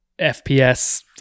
FPS